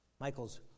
Michael's